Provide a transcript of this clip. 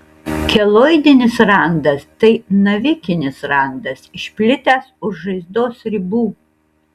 keloidinis randas tai navikinis randas išplitęs už žaizdos ribų